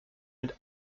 mit